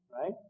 right